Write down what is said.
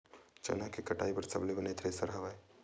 चना के कटाई बर सबले बने थ्रेसर हवय?